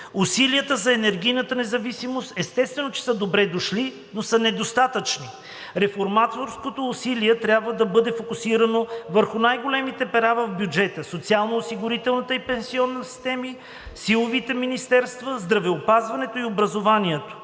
Усилията за енергийната независимост, естествено, че са добре дошли, но са недостатъчни; - Реформаторското усилие трябва да бъде фокусирано върху най-големите пера в бюджета – социално-осигурителната и пенсионни системи, силовите министерства, здравеопазването и образованието;